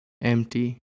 empty